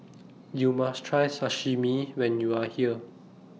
YOU must Try Sashimi when YOU Are here